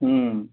हूँ